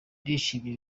ndishimye